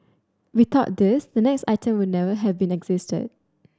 without this the next item would never have been existed